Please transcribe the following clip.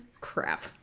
crap